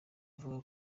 avuga